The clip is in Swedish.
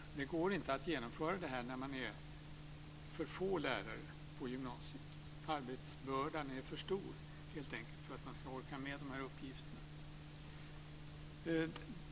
Det går inte att genomföra det här när man är för få lärare på gymnasiet. Arbetsbördan är för stor, helt enkelt, för att man ska orka med de här uppgifterna.